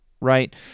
right